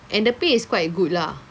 and the pay is quite good lah